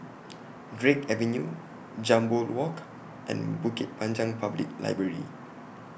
Drake Avenue Jambol Walk and Bukit Panjang Public Library